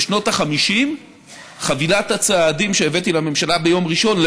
בשנות ה-50 חבילת הצעדים שהבאתי לממשלה ביום ראשון,